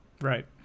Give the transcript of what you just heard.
Right